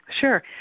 Sure